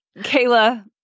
Kayla